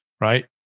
right